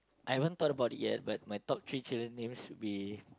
I haven't thought about it yet but my top three children names would be